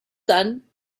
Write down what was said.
son